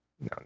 no